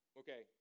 okay